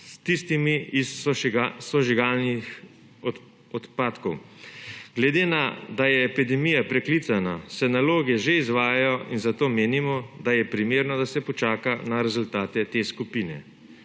s tistimi iz sežigalnih odpadkov. Glede na to, da je epidemija preklicana, se naloge že izvajajo in zato menimo, da je primerno, da se počaka na rezultate te skupine,